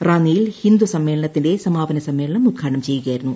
റാന്നിയിൽ ഹിന്ദു സമ്മേളനത്തിന്റെ സമാപന സമ്മേളന്ം ഉദ്ഘാടനം ചെയ്യുകയായിരുന്നു അദ്ദേഹം